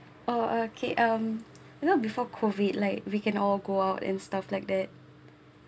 uh okay um you know before COVID like we can all go out and stuff like that